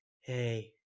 Hey